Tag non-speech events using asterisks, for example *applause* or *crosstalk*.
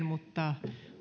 *unintelligible* mutta